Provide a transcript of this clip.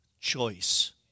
choice